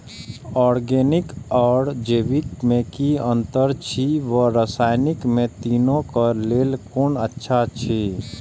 Organic आर जैविक में कि अंतर अछि व रसायनिक में तीनो क लेल कोन अच्छा अछि?